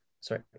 sorry